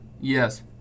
Yes